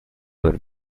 aver